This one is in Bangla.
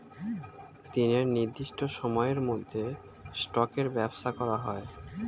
দিনের নির্দিষ্ট সময়ের মধ্যে স্টকের ব্যবসা করা হয়